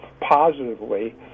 positively